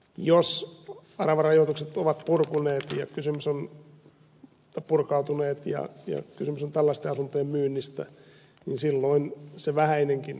jos aravarajoitukset ovat purkautuneet ja kysymys on tällaisten asuntojen myynnistä niin silloin se vähäinenkin vaikutusmahdollisuus katoaa